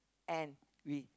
and we